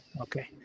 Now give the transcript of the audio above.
Okay